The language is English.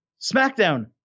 SmackDown